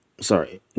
sorry